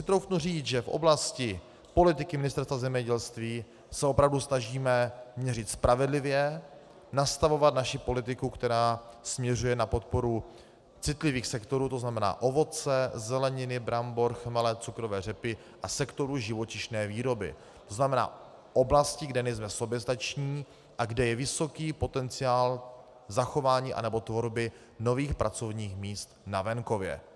Takže si troufnu říct, že v oblasti politiky Ministerstva zemědělství se opravdu snažíme měřit spravedlivě, nastavovat naši politiku, která směřuje na podporu citlivých sektorů, to znamená ovoce, zeleniny, brambor, chmele, cukrové řepy a sektoru živočišné výroby, to znamená oblasti, kde nejsme soběstační a kde je vysoký potenciál zachování anebo tvorby nových pracovních míst na venkově.